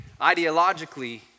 ideologically